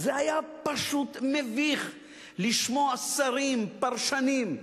זה היה מביך לשמוע שרים, פרשנים,